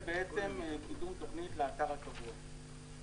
ובעצם קידום תוכנית לאתר הקבוע.